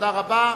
תודה רבה.